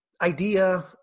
idea